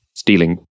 stealing